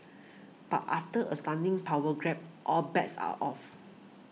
but after a stunning power grab all bets are off